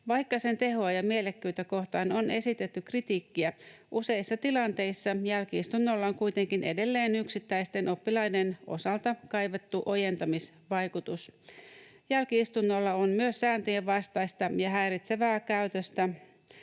Vaikka sen tehoa ja mielekkyyttä kohtaan on esitetty kritiikkiä, useissa tilanteissa jälki-istunnolla on kuitenkin edelleen yksittäisten oppilaiden osalta kaivattu ojentamisvaikutus. Jälki-istunnolla on myös sääntöjenvastaista ja häiritsevää käytöstä